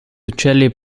uccelli